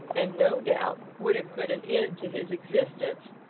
and, no doubt, would have put an end to his existence,